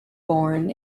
born